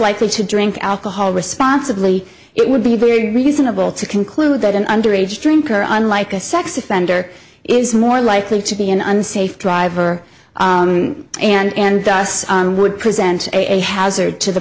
likely to drink alcohol responsibly it would be very reasonable to conclude that an underage drinker unlike a sex offender is more likely to be an unsafe driver and thus would present a hazard to the